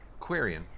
Quarian